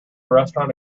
restaurant